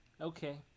Okay